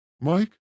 Mike